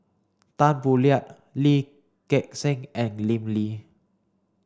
Tan Boo Liat Lee Gek Seng and Lim Lee